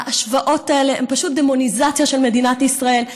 ההשוואות האלה הן פשוט דמוניזציה של מדינת ישראל.